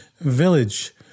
village